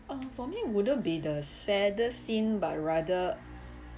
uh for me wouldn't be the saddest scene but rather